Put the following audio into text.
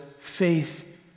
faith